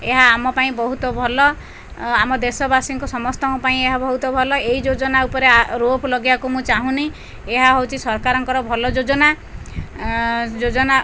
ଏହା ଆମ ପାଇଁ ବହୁତ ଭଲ ଆମ ଦେଶବାସୀଙ୍କ ସମସ୍ତଙ୍କ ପାଇଁ ଏହା ବହୁତ ଭଲ ଏହି ଯୋଜନା ଉପରେ ରୋପ୍ ଲଗେଇବାକୁ ମୁଁ ଚାହୁଁନି ଏହା ହଉଚି ସରକାରଙ୍କ ଭଲ ଯୋଜନା ଯୋଜନା